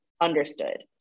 understood